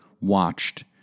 watched